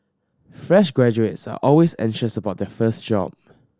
fresh graduates are always anxious about their first job